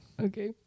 Okay